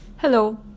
Hello